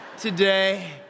today